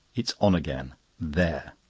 it is on again there!